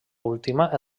última